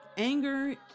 Anger